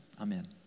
amen